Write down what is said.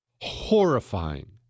Horrifying